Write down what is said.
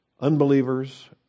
unbelievers